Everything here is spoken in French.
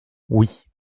oui